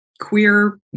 queer